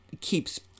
keeps